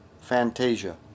Fantasia